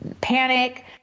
panic